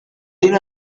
muri